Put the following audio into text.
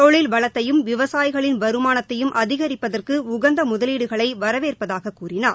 தொழில் வளத்தையும் விவசாயிகளின் வருமானத்தையும் அதிகரிப்பதற்கு உகந்த முதலீடுகளை வரவேற்பதாகக் கூறினார்